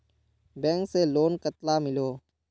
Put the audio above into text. Bank से loan कतला मिलोहो?